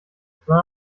sondern